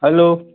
hello